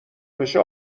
بشه